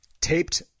taped